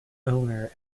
owner